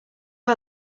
are